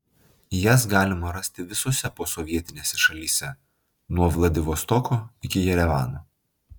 jas galima rasti visose posovietinėse šalyse nuo vladivostoko iki jerevano